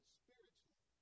spiritually